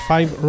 Five